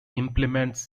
implements